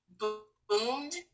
boomed